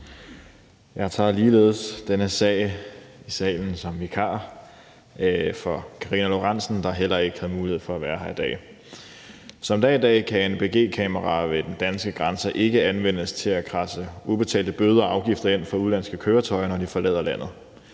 Jeg tager ligeledes denne sag i salen som vikar for Karina Lorentzen, der heller ikke havde mulighed for at være her i dag. Som det er i dag, kan anpg-kameraer ved den danske grænse ikke anvendes til at kradse ubetalte bøder og afgifter ind fra udenlandske køretøjer, når de forlader landet.